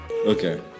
Okay